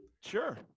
Sure